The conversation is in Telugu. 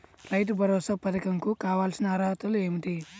రైతు భరోసా పధకం కు కావాల్సిన అర్హతలు ఏమిటి?